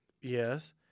Yes